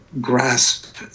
grasp